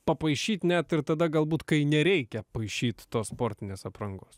papaišyt net ir tada galbūt kai nereikia paišyt tos sportinės aprangos